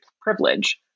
privilege